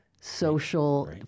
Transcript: social